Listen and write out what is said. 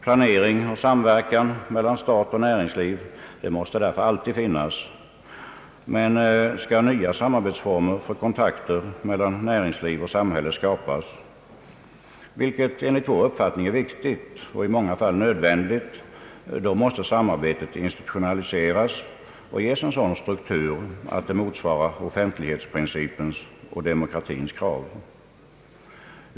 Planering och samverkan mellan stat och näringsliv måste därför alltid finnas, men om nya samarbetsformer för kontakter mellan näringsliv och samhälle skall skapas, vilket enligt vår uppfattning är viktigt och i många fall nödvändigt, då måste samarbetet institutionaliseras och ges sådan struktur att det motsvarar offentlighetsprincipens och demokratins krav.